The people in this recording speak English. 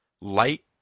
Light